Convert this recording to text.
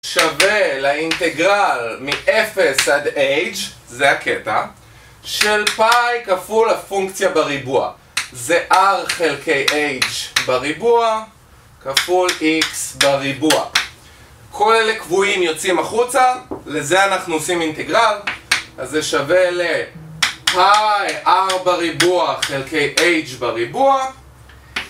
שווה לאינטגרל מ-0 עד h, זה הקטע, של πי כפול הפונקציה בריבוע. זה r חלקי h בריבוע כפול x בריבוע. כל אלה קבועים יוצאים החוצה, לזה אנחנו עושים אינטגרל, אז זה שווה ל-πי r בריבוע חלקי h בריבוע.